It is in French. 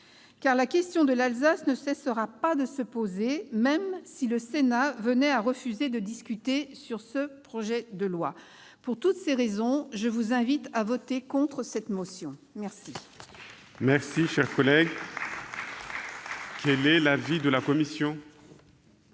Car la question de l'Alsace ne cessera pas de se poser, même si le Sénat venait à refuser de discuter ce projet de loi. Pour toutes ces raisons, je vous invite, mes chers collègues,